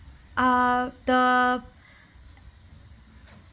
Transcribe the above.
err the